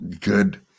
good